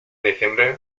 diciembre